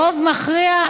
ברוב מכריע,